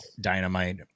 Dynamite